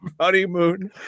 Honeymoon